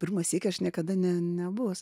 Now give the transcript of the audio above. pirmą sykį aš niekada ne nebuvus